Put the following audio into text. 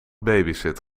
babysit